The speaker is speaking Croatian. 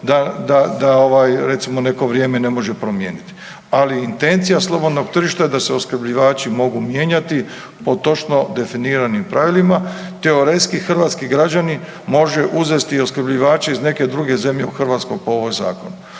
da ovaj recimo neko vrijeme ne može promijeniti, ali intencija slobodnog tržišta da se opskrbljivači mogu mijenjati po točno definiranim pravilima. Teoretski hrvatski građani može uzeti i opskrbljivače iz neke druge zemlje u Hrvatskoj po ovom zakonu.